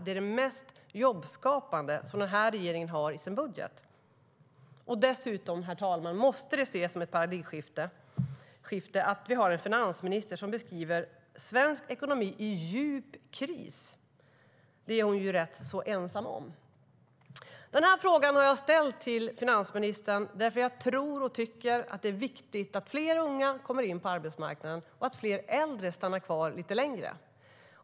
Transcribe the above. Det är det mest jobbskapande som den här regeringen har i sin budget. Den här frågan har jag ställt till finansministern eftersom jag tror och tycker att det är viktigt att fler unga kommer in på arbetsmarknaden och att fler äldre stannar kvar lite längre.